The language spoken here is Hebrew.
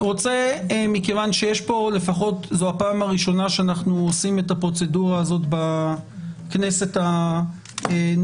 מכיוון שזו הפעם הראשונה שאנחנו עושים את הפרוצדורה הזאת בכנסת הנוכחית,